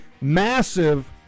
massive